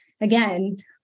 Again